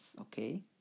okay